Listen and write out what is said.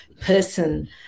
person